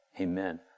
Amen